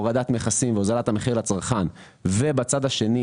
הורדת מכסים והוזלת מחירים לצרכן ובצד השני,